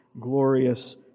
glorious